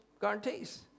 guarantees